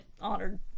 honored